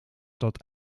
dat